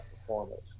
performance